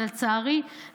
ולצערי,